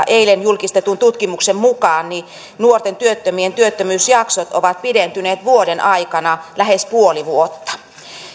eilen julkistetun tutkimuksen mukaan nuorten työttömien työttömyysjaksot ovat pidentyneet vuoden aikana lähes puoli vuotta